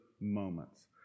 moments